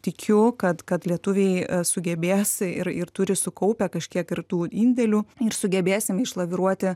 tikiu kad kad lietuviai sugebės ir ir turi sukaupę kažkiek ir tų indėlių ir sugebėsim išlaviruoti